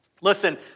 Listen